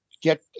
get